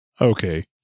Okay